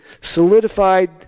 solidified